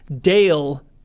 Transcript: Dale